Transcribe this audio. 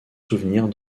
souvenirs